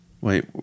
Wait